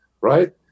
right